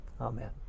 amen